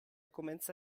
komenca